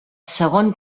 segon